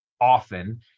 often